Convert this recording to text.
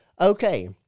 okay